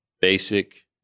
basic